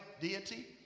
deity